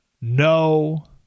no